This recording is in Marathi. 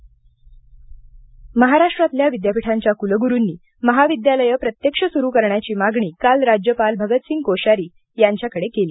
महाराष्ट्र महाविद्यालये महाराष्ट्रातल्या विद्यापीठांच्या कुलगुरूंनी महाविद्यालये प्रत्यक्ष सुरू करण्याची मागणी काल राज्यपाल भगत सिंग कोश्यारी यांच्याकडे केली